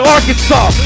Arkansas